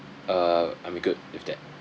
uh I'm good with that